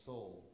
soul